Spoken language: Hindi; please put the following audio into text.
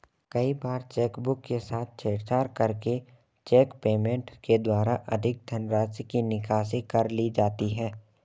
कई बार चेकबुक के साथ छेड़छाड़ करके चेक पेमेंट के द्वारा अधिक धनराशि की निकासी कर ली जाती है